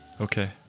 Okay